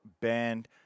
band